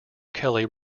kelly